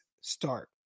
start